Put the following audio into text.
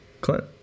Clint